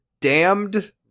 damned